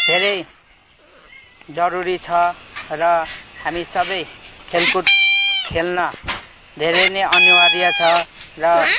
धेरै जरुरी छ र हामी सबै खुलकुद खेल्न धेरै नै अनिवार्य छ र